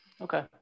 Okay